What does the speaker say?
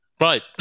Right